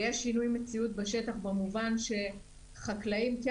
ויש שינוי מציאות בשטח במובן שחקלאים כן